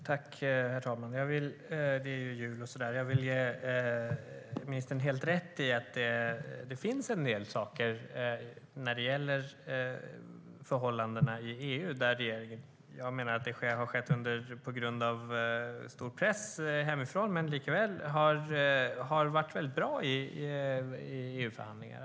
Herr talman! Eftersom det snart är jul vill jag åtminstone ge ministern helt rätt i att det finns en del saker när det gäller förhållandena i EU där regeringen, visserligen på grund av stor press hemifrån men likväl, har varit bra i EU-förhandlingar.